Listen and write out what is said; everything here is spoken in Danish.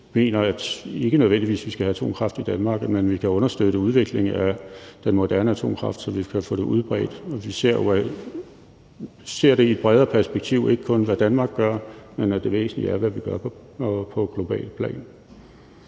at vi skal have atomkraft i Danmark, men vi kan understøtte udviklingen af den moderne atomkraft, så vi kan få det udbredt. Vi ser det i et bredere perspektiv og altså ikke kun, i forhold til hvad Danmark gør, for det væsentlige er, hvad vi gør på globalt plan.